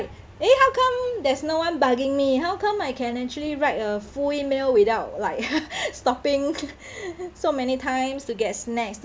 eh how come there's no one bugging me how come I can actually write a full email without like stopping so many times to get snacks